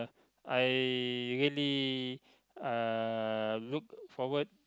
I really uh look forward